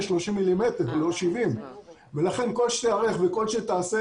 מילימטר ולא 70. לכן ככל שתיערך וככל שתעשה,